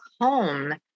home